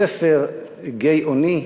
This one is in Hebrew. הספר "גיא אוני"